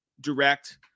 direct